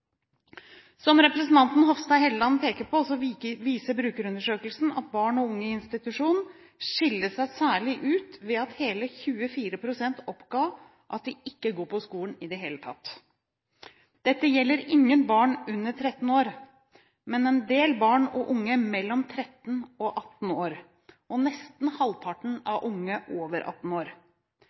Som representanten Hofstad Helleland peker på, viser brukerundersøkelsen at barn og unge i institusjon skiller seg særlig ut ved at hele 24 pst. oppga at de ikke går på skolen i det hele tatt. Dette gjelder ingen barn under 13 år, men en del barn og unge mellom 13 og 18 år, og nesten halvparten av unge over 18 år.